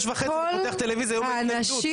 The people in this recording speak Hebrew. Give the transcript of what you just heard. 06:30 פותח את הטלוויזיה יום ההתנגדות,